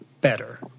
better